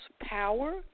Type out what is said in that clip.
power